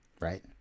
right